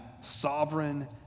sovereign